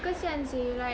kasihan seh like